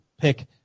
pick